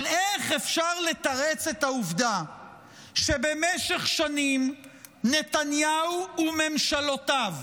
אבל איך אפשר לתרץ את העובדה שבמשך שנים נתניהו וממשלותיו